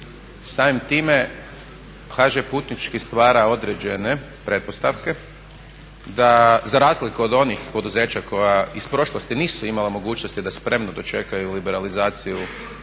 Samim time HŽ-Putnički stvara određene pretpostavke za razliku od onih poduzeća koja iz prošlosti nisu imala mogućnosti da spremno dočekaju liberalizaciju